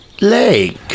lake